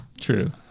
True